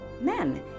men